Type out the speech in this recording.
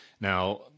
now